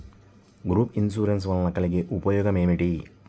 Group insurance వలన కలిగే ఉపయోగమేమిటీ?